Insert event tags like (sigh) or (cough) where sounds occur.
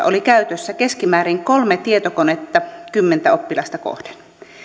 (unintelligible) oli käytössä keskimäärin kolme tietokonetta kymmentä oppilasta kohden